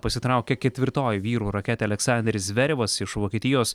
pasitraukė ketvirtoji vyrų raketė aleksanderis zverevas iš vokietijos